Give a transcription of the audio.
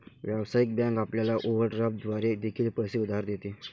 व्यावसायिक बँक आपल्याला ओव्हरड्राफ्ट द्वारे देखील पैसे उधार देते